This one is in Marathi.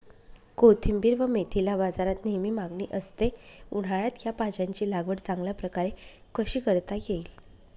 कोथिंबिर व मेथीला बाजारात नेहमी मागणी असते, उन्हाळ्यात या भाज्यांची लागवड चांगल्या प्रकारे कशी करता येईल?